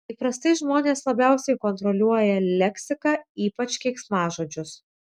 įprastai žmonės labiausiai kontroliuoja leksiką ypač keiksmažodžius